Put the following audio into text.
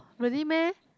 really meh